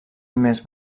més